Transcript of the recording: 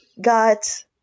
got